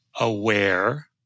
aware